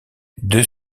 deux